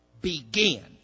begin